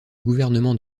gouvernement